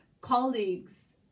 colleagues